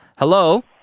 Hello